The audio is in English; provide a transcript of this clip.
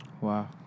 Wow